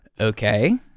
okay